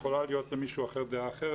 יכולה להיות למישהו אחר דעה אחרת,